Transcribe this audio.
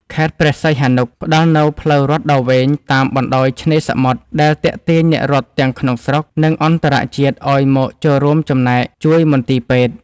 ខេត្តព្រះសីហនុ ផ្ដល់នូវផ្លូវរត់ដ៏វែងតាមបណ្ដោយឆ្នេរសមុទ្រ ដែលទាក់ទាញអ្នករត់ទាំងក្នុងស្រុក និងអន្តរជាតិឱ្យមកចូលរួមចំណែកជួយមន្ទីរពេទ្យ។